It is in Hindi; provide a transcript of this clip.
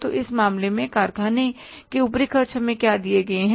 तो इस मामले में कारखाने के ऊपरी खर्च हमें क्या दिए गए हैं